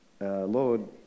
Lord